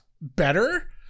better